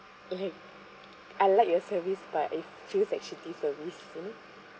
okay I like your service but it feels like shitty service you see